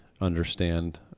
understand